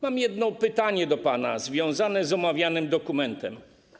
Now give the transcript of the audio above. Mam jedno pytanie do pana związane z omawianym dokumentem.